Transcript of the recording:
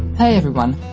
hey everyone,